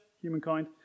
humankind